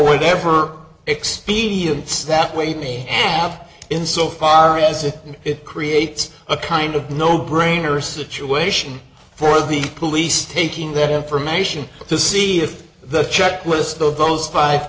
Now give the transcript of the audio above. whatever expedients that we have in so far as it creates a kind of no brainer situation for the police taking that information to see if the checklist of those five